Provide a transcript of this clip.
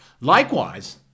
Likewise